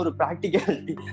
practicality